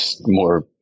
more